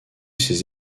ses